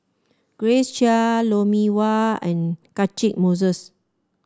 Grace Chia Lou Mee Wah and Catchick Moses